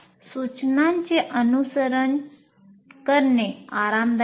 सूचनांचे अनुसरण करणे आरामदायक आहे